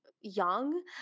young